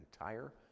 entire